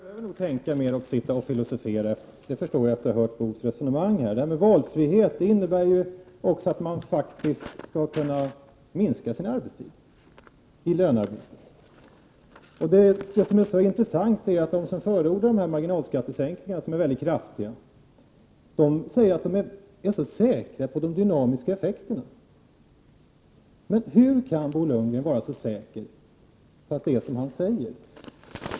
Herr talman! En del behöver nog tänka och filosofera mera. Det förstår jag efter att ha hört Bo Lundgrens resonemang. Det här med valfrihet innebär också att man faktiskt skall kunna minska sin arbetstid i lönearbetet. Det intressanta är att de som förordar dessa kraftiga marginalskattesänkningar är så säkra på de dynamiska effekterna. Hur kan Bo Lundgren vara så säker på att det blir så som han säger?